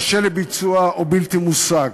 קשה לביצוע או בלתי מושג.